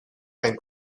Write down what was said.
and